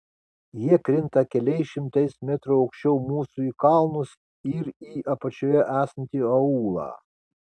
jie krinta keliais šimtais metrų aukščiau mūsų į kalnus ir į apačioje esantį aūlą